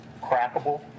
crackable